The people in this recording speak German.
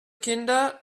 kinder